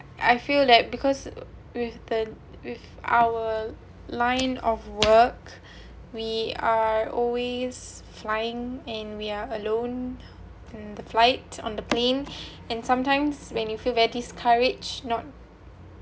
I feel like because with the with our line of work we are always flying and we are alone on the flight on the plane and sometimes when you feel very discouraged not